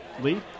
Lee